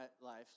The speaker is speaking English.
life